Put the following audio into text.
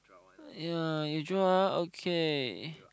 ya you draw ah okay